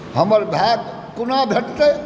हमर बैग कोना भेटतै